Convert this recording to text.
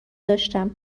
داشتم